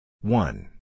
one